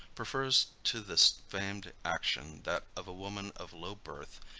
prefers to this famed action that of a woman of low birth,